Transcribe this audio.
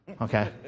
Okay